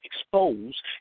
expose